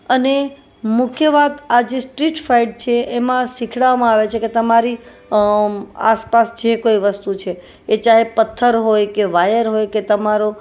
અને મુખ્ય વાત આ જે સ્ટ્રીટ ફાઇટ છે એમાં શીખવાડવામાં આવે છે કે તમારી આસપાસ જે કોઈ વસ્તુ છે એ ચાહે પથ્થર હોય કે વાયર હોય કે તમારો